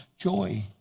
joy